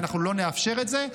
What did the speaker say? ואנחנו לא נאפשר את זה.